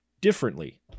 differently